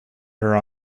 her